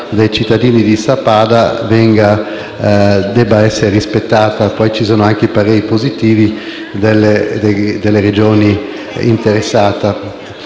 dei cittadini di Sappada debbano essere rispettati. Vi sono, inoltre, i pareri positivi delle Regioni interessate.